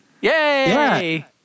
Yay